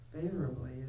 favorably